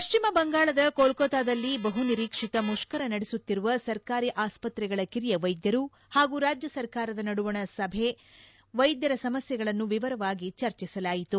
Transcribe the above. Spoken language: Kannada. ಪಶ್ವಿಮಬಂಗಾಳದ ಕೊಲ್ಕತ್ತಾದಲ್ಲಿ ಬಹುನಿರೀಕ್ಷಿತ ಮುಷ್ಕರ ನಡೆಸುತ್ತಿರುವ ಸರ್ಕಾರಿ ಆಸ್ಪತ್ರೆಗಳ ಕಿರಿಯ ವೈದ್ಯರು ಹಾಗೂ ರಾಜ್ಯ ಸರ್ಕಾರದ ನಡುವಣ ನಡೆದ ಸಭೆಯಲ್ಲಿ ವೈದ್ಯರ ಸಮಸ್ಯೆಗಳನ್ನು ವಿವರವಾಗಿ ಚರ್ಚಿಸಲಾಯಿತು